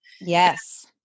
Yes